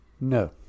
No